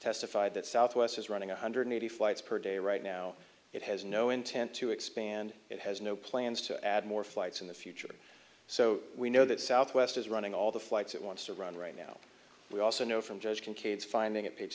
testified that southwest is running one hundred eighty flights per day right now it has no intent to expand it has no plans to add more flights in the future so we know that southwest is running all the flights it wants to run right now we also know from judge can kids finding it pa